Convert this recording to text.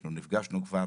אנחנו נפגשנו כבר